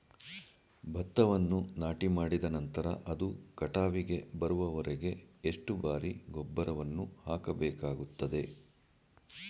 ಭತ್ತವನ್ನು ನಾಟಿಮಾಡಿದ ನಂತರ ಅದು ಕಟಾವಿಗೆ ಬರುವವರೆಗೆ ಎಷ್ಟು ಬಾರಿ ಗೊಬ್ಬರವನ್ನು ಹಾಕಬೇಕಾಗುತ್ತದೆ?